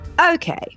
Okay